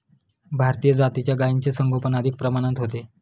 भारतीय जातीच्या गायींचे संगोपन अधिक प्रमाणात होते